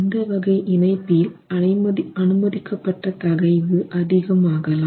இந்த வகை இணைப்பில் அனுமதிக்கப்பட்ட தகைவு அதிகம் ஆகலாம்